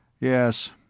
Yes